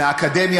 מהאקדמיה,